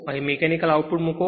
અહીં mechanical output મૂકો